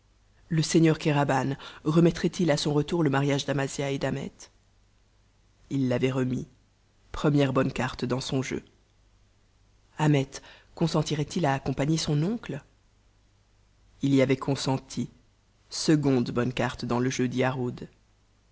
le seigneur kéraban remettrait il à son retour le mariage d'amasia et d'ahmet il l'avait remis première bonne carte dans son jeu ahmet consentirait il à accompagner son oncle il y avait consenti seconde bonne carte dans le jeu